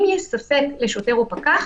אם יש ספק לשוטר או פקח,